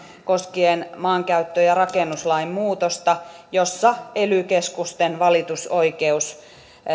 koskien maankäyttö ja rakennuslain muutosta jossa ely keskusten valitusoikeus